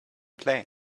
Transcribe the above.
plane